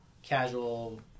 Casual